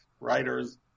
writers